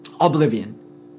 oblivion